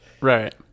Right